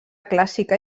clàssica